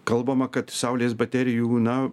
kalbama kad saulės baterijų na